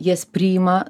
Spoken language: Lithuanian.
jas priima